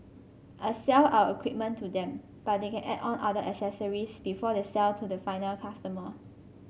I sell our equipment to them but they can add on other accessories before they sell to the final customer